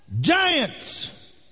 Giants